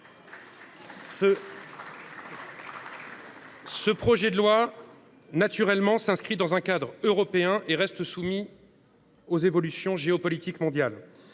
Ce projet de loi s’inscrit naturellement dans un cadre européen et reste soumis aux évolutions géopolitiques mondiales.